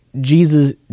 jesus